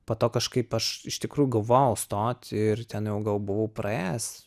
po to kažkaip aš iš tikrųjų galvojau stot ir ten jau gal buvau praėjęs